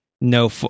no